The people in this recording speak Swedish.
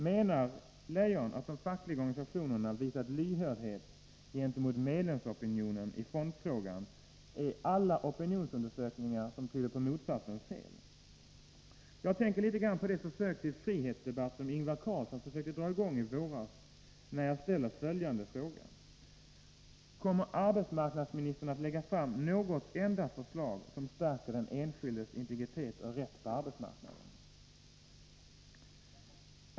Menar Anna-Greta Leijon att de fackliga organisationerna visat lyhördhet gentemot medlemsopinionen i fondfrågan, är alla opinionsundersökningar som tyder på motsatsen felaktiga? Jag tänker litet grand på den frihetsdebatt som Ingvar Carlsson försökte dra i gång i våras, när jag ställer följande fråga: Kommer arbetsmarknadsministern att lägga fram något enda förslag som stärker den enskildes integritet och rätt på arbetsmarknaden?